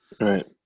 Right